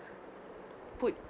put